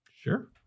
Sure